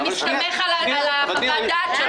אבל אתה מסתמך על חוות הדעת שלו.